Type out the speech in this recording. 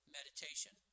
meditation